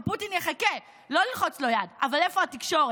שפוטין יחכה, לא ללחוץ לו יד, אבל איפה התקשורת?